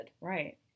Right